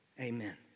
amen